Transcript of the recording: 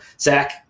Zach